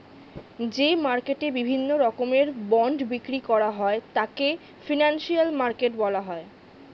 যে মার্কেটে বিভিন্ন রকমের বন্ড বিক্রি করা হয় তাকে ফিনান্সিয়াল মার্কেট বলা হয়